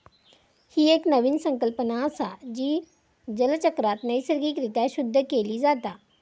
ही एक नवीन संकल्पना असा, जी जलचक्रात नैसर्गिक रित्या शुद्ध केली जाता